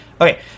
Okay